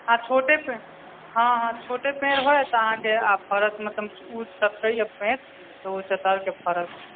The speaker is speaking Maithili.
आ छोटेसँ हॅं हॅं छोटे पेड़ होयत अहाँके आ फड़त मतलब ओ चतरैए पेड़ ओ चतरि के फड़त